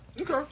Okay